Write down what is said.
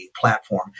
platform